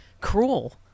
cruel